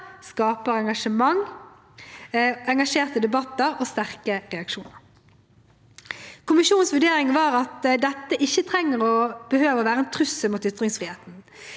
skaper engasjerte debatter og sterke reaksjoner. Kommisjonens vurdering var at dette ikke behøver å være en trussel mot ytringsfriheten.